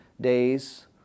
days